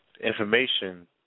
information